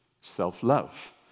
self-love